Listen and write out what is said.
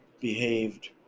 behaved